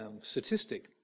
statistic